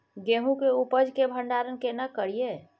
गेहूं के उपज के भंडारन केना करियै?